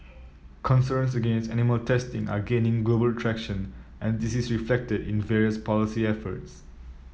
concerns against animal testing are gaining global traction and this is reflected in various policy efforts